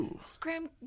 Scram